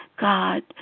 God